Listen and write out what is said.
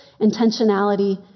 intentionality